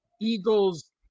Eagles